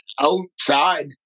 outside